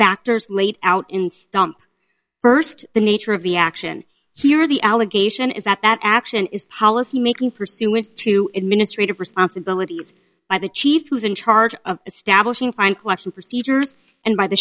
factors laid out in stump first the nature of the action here the allegation is that that action is policy making pursuant to administrative responsibilities by the chief who's in charge of establishing fine question procedures and by the